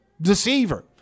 deceiver